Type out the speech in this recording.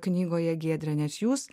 knygoje giedre nes jūs